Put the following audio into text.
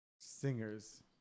Singers